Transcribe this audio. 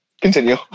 Continue